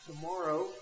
Tomorrow